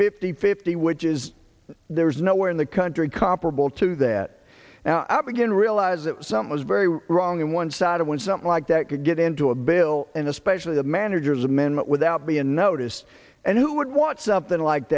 fifty fifty which is there's nowhere in the country comparable to that i begin to realize that some was very wrong and one sided when something like that could get into a bill and especially a manager's amendment without be unnoticed and who would want something like